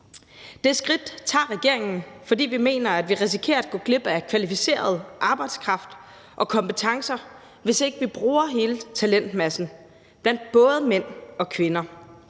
Det skridt tager regeringen, fordi vi mener, at vi risikerer at gå glip af kvalificeret arbejdskraft og kompetencer, hvis ikke vi bruger hele talentmassen blandt både mænd og kvinder;